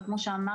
אבל כמו שאמרתי,